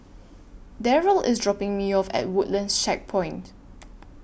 Darryll IS dropping Me off At Woodlands Checkpoint